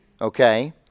okay